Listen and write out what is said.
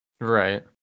Right